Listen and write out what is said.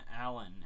Allen